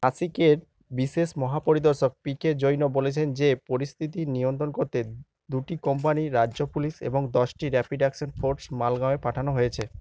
নাসিকের বিশেষ মহাপরিদর্শক পিকে জৈন বলেছেন যে পরিস্থিতি নিয়ন্ত্রণ করতে দুটি কোম্পানির রাজ্য পুলিশ এবং দশটি র্যাপিড অ্যাকশন ফোর্স মালগাঁওয়ে পাঠানো হয়েছে